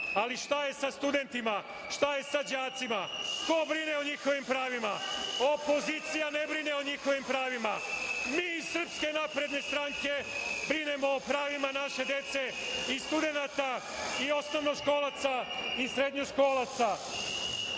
ali šta je sa studentima, šta je sa đacima? Ko brine o njihovim pravima? Opozicija ne brine o njihovim pravima. Mi iz SNS brinemo o pravima naše dece i studenata i osnovnoškolaca i srednjoškolaca.Za